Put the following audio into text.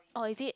oh is it